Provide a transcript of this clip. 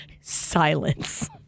silence